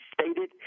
stated